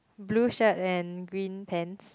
blue shirt and green pants